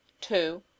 two